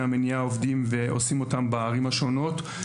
המניעה עובדים ועושים אותם בערים השונות,